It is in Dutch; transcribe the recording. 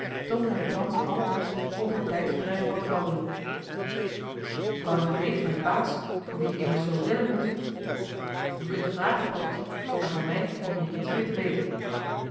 toonde hij thans allen lust om voor tijdverdrijf wat te babbelen k wou nog wat weten van je baas voor wien ik immers zoo rillen moet je kunt vragen paddeltje maar van mij kom-je niets meer te weten